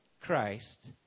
Christ